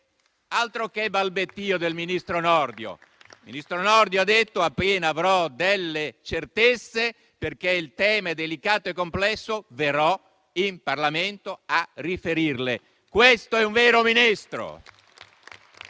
Altro che balbettio del ministro Nordio. Il ministro Nordio ha detto: appena avrò delle certezze, perché il tema è delicato e complesso, verrò in Parlamento a riferirle. Questo è un vero Ministro.